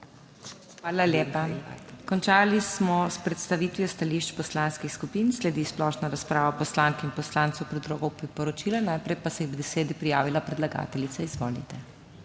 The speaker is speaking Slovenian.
Hvala lepa. Končali smo s predstavitvijo stališč poslanskih skupin. Sledi splošna razprava poslank in poslancev o predlogu priporočila. Najprej pa se je k besedi prijavila predlagateljica. Izvolite.